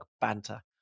banter